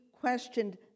questioned